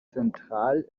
zentral